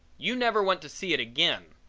you never want to see it again.